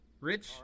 Rich